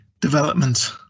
development